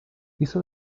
hizo